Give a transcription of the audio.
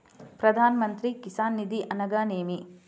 ప్రధాన మంత్రి కిసాన్ నిధి అనగా నేమి?